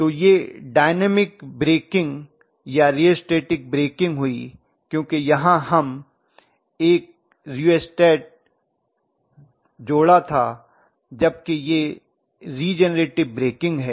तो यह dynamic braking या रिओस्टैटिक ब्रेकिंग हुई क्योंकि यहाँ हम एक रीअस्टैट जोड़ा था जबकि यह रीजेनरेटर ब्रेकिंग है